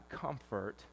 comfort